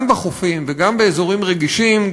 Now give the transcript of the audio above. גם בחופים וגם באזורים רגישים,